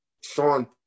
Sean